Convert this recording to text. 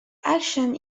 action